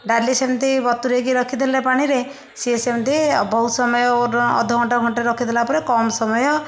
ଡାଲି ସେମିତି ବତୁରେଇକି ରଖିଦେଲେ ପାଣିରେ ସିଏ ସେମିତି ବହୁତ ସମୟ ଓର ଅଧଘଣ୍ଟାଏ ଘଣ୍ଟାଏ ରଖିଦେଲା ପରେ କମ ସମୟ